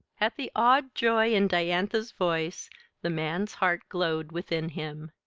at the awed joy in diantha's voice the man's heart glowed within him.